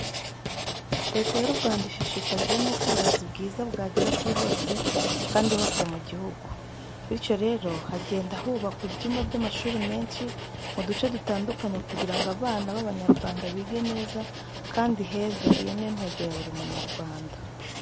Leta y'u Rwanda ishishikajwe n'uko uburezi bwiza bwagera kuri bose kandi hose mu gihugu. Bityo rero hagenda hubakwa ibyumba by'amashuri menshi mu duce dutandukanye kugira ngo abana b'abanyarwanda bige neza kandi heza iyo ni yo ntego ya buri Munyarwanda.